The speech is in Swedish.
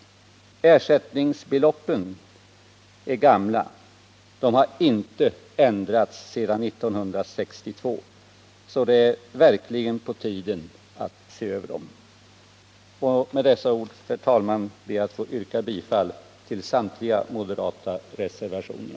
Ersättningsbeloppen är gamla. De har inte ändrats sedan 1962, så det är verkligen på tiden att se över dem. Med dessa ord, herr talman, ber jag att få yrka bifall till samtliga moderata reservationer.